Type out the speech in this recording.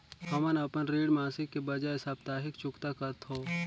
हमन अपन ऋण मासिक के बजाय साप्ताहिक चुकता करथों